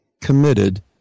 committed